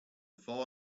fall